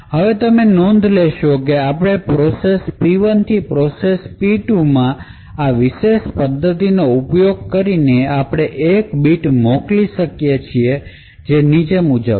હવે તમે નોંધ લો કે આપણે પ્રોસેસ P1 થી પ્રોસેસ પ્રોસેસ P2 માં આ વિશેષ પદ્ધતિનો ઉપયોગ કરીને આપણે 1 બીટ મોકલી શકીએ છીએ જે નીચે મુજબ છે